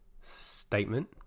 statement